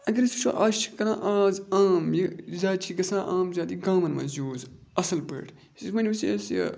اگر أسۍ وٕچھو آز چھِ کَران آز عام یہِ زیادٕ چھِ گژھان عام زیادٕ یہِ گامَن منٛز یوٗز اَصٕل پٲٹھۍ وۄنۍ وٕچھِ اَسہِ یہِ